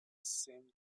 seemed